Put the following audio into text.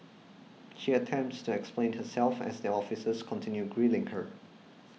she attempts to explain herself as the officers continue grilling her